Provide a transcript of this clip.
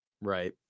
Right